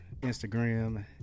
Instagram